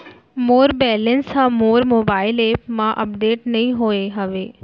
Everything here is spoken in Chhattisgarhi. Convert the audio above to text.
मोर बैलन्स हा मोर मोबाईल एप मा अपडेट नहीं होय हवे